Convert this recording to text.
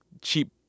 cheap